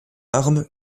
arme